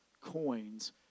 coins